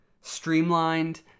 streamlined